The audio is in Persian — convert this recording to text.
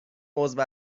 عضو